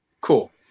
cool